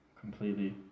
completely